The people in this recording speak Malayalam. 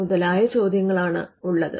മുതലായ ചോദ്യങ്ങളാണുള്ളത്